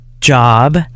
job